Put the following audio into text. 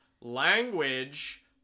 language